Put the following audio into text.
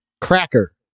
Cracker